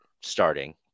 starting